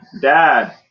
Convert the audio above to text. Dad